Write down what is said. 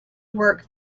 work